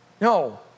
No